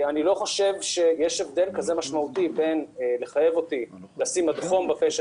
אני לא חושב שיש הבדל משמעותי כזה בין לחייב אותי לשים מדחום בפה של